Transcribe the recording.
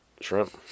shrimp